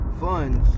funds